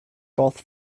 both